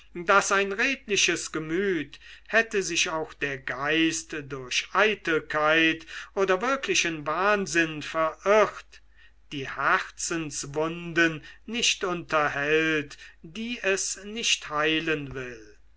daß ein redliches gemüt hätte sich auch der geist durch eitelkeit oder wirklichen wahnsinn verirrt die herzenswunden nicht unterhält die es nicht heilen will